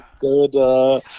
good